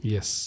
Yes